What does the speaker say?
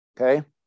okay